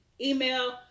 email